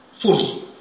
fully